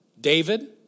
David